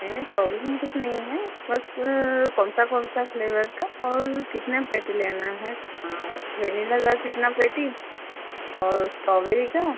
नहीं नहीं प्रॉब्लम कुछ नहीं है बस कौन सा कौन सा फ़्लेवर का और कितने पेटी लेना है वेनीला का कितना पेटी और स्ट्राॅबेरी का